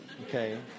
Okay